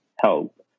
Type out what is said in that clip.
help